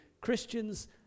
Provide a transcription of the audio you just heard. Christians